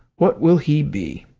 what will he be?